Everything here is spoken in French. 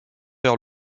vers